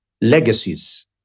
legacies